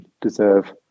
deserve